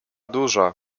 duża